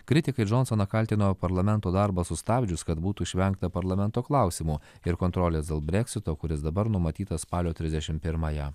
kritikai džonsoną kaltino parlamento darbą sustabdžius kad būtų išvengta parlamento klausimų ir kontrolės dėl breksito kuris dabar numatytas spalio trisdešim pirmąją